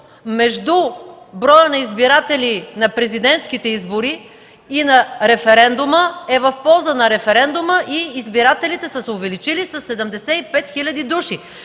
между броя на избирателите на президентските избори и на референдума е в полза на референдума. Избирателите са се увеличили със 75 хил. души,